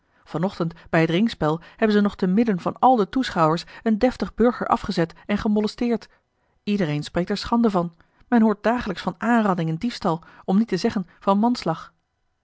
ochtend bij het ringspel hebben ze nog te midden van al de toeschouwers een deftig burger afgezet en gemolesteerd iedereen spreekt er schande van men hoort dagelijks van aanranding en diefstal om niet te zeggen van manslag